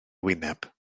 wyneb